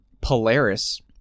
Polaris